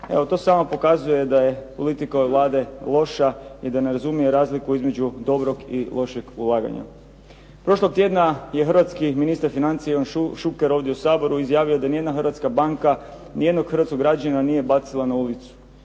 Evo to samo pokazuje da je politika ove Vlade loša i da ne razumije razliku između dobrog i lošeg ulaganja. Prošlog tjedna je hrvatski ministar financija Ivan Šuker ovdje u Saboru izjavio da nijedna hrvatska banka nijednog hrvatskog građanina nije bacila na ulicu.